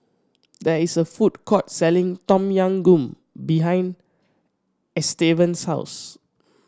there is a food court selling Tom Yam Goong behind Estevan's house